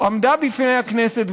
עמדה בפני הכנסת,